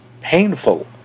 painful